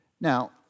Now